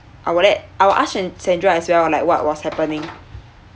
I will let I will ask san~ sandra as well on like what was happening